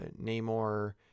Namor